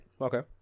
okay